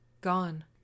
Gone